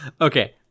Okay